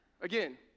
Again